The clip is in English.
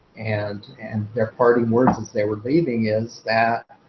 and and their parting words as they were leaving is that